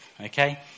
okay